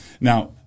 Now